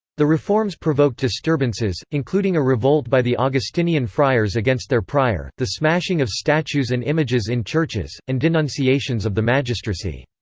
the reforms provoked disturbances, including a revolt by the augustinian friars against their prior, the smashing of statues and images in churches, and denunciations of the magistracy.